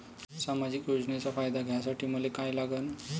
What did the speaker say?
सामाजिक योजनेचा फायदा घ्यासाठी मले काय लागन?